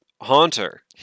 haunter